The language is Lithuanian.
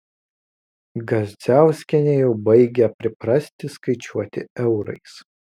gazdziauskienė jau baigia priprasti skaičiuoti eurais